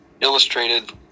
illustrated